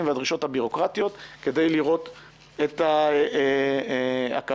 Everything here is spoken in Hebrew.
והדרישות הבירוקרטיות כדי לראות את ההקלות.